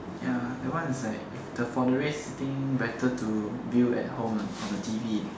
ya that one is like for the race thing better to view at home on a T_V